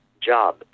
job